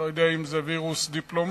לא יודע אם זה וירוס דיפלומטי,